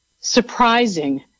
surprising